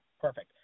perfect